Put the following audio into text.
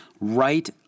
right